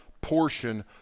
portion